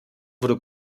wurde